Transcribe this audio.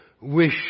wish